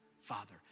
Father